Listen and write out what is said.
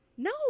No